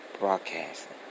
Broadcasting